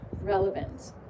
relevant